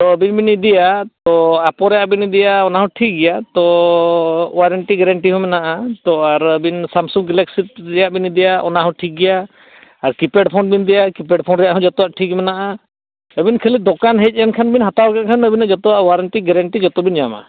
ᱛᱚ ᱟᱹᱵᱤᱱ ᱵᱤᱱ ᱤᱫᱤᱭᱮᱜᱼᱟ ᱛᱚ ᱳᱯᱳ ᱨᱮᱭᱟᱜ ᱵᱤᱱ ᱤᱫᱤᱭᱮᱜᱼᱟ ᱚᱱᱟ ᱦᱚᱸ ᱴᱷᱤᱠᱟ ᱛᱚ ᱚᱣᱟᱨᱮᱱᱴᱤ ᱜᱮᱨᱮᱱᱴ ᱦᱚᱸ ᱢᱮᱱᱟᱜᱼᱟ ᱛᱚ ᱟᱹᱵᱤᱱ ᱥᱟᱢᱥᱩᱝ ᱜᱮᱞᱟᱠᱥᱤ ᱨᱮᱭᱟᱜ ᱵᱤᱱ ᱤᱫᱤᱭᱟ ᱚᱱᱟ ᱦᱚᱸ ᱴᱷᱤᱠ ᱜᱮᱭᱟ ᱟᱨ ᱠᱤᱯᱮᱰ ᱯᱷᱳᱱ ᱵᱤᱱ ᱤᱫᱤᱭᱮᱜᱼᱟ ᱠᱤᱯᱮᱰ ᱯᱷᱳᱱ ᱨᱮᱭᱟᱜ ᱦᱚᱸ ᱡᱚᱛᱚᱣᱟᱜ ᱴᱷᱤᱠ ᱢᱮᱢᱱᱟᱜᱼᱟ ᱟᱹᱵᱤᱱ ᱠᱷᱟᱹᱞᱤ ᱫᱳᱠᱟᱱ ᱦᱮᱡ ᱮᱱᱠᱷᱟᱱ ᱵᱤᱱ ᱦᱟᱛᱟᱣ ᱜᱮ ᱠᱷᱟᱱ ᱡᱚᱛᱚᱣᱟᱜ ᱚᱣᱟᱨᱮᱱᱴ ᱜᱮᱨᱮᱱᱴᱤ ᱡᱚᱛᱚ ᱵᱤᱱ ᱧᱟᱢᱟ